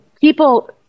people